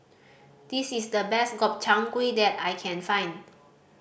this is the best Gobchang Gui that I can find